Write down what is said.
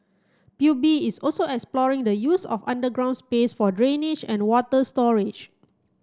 P U B is also exploring the use of underground space for drainage and water storage